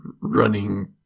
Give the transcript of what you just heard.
running